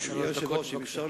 אפשר,